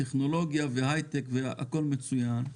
טכנולוגיה והייטק הכול מצוין.